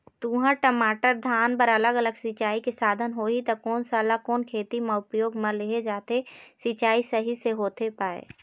तुंहर, टमाटर, धान बर अलग अलग सिचाई के साधन होही ता कोन सा ला कोन खेती मा उपयोग मा लेहे जाथे, सिचाई सही से होथे पाए?